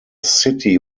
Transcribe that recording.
city